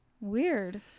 Weird